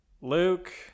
Luke